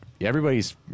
Everybody's